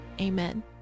amen